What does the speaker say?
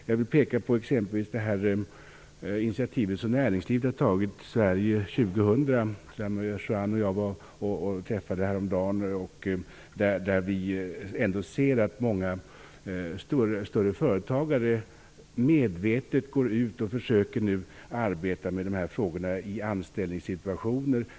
Jag vill exempelvis peka på det initiativ som näringslivet har tagit, Sverige 2000, vars representanter Juan Fonseca och jag träffade häromdagen. Man kan se att många företagare från de större företagen nu medvetet går ut och försöker arbeta med dessa frågor i anställningssituationer.